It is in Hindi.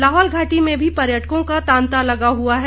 लाहौल घाटी में भी पर्यटकों का तांता लगा हुआ है